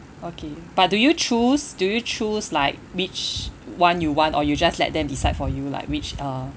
okay but do you choose do you choose like which one you want or you just let them decide for you like which uh